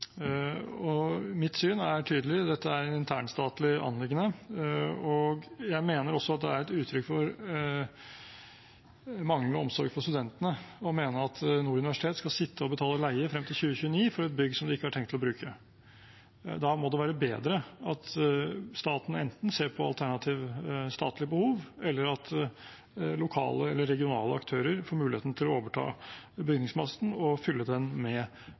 Mitt syn er tydelig. Dette er et internstatlig anliggende. Jeg mener også det er et uttrykk for manglende omsorg for studentene å mene at Nord universitet skal sitte og betale leie frem til 2029 for et bygg de ikke har tenkt å bruke. Da må det være bedre at staten enten ser på alternative statlige behov, eller at lokale eller regionale aktører får muligheten til å overta bygningsmassen og fylle den med